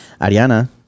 Ariana